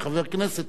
אמר דברים,